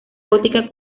gótica